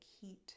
heat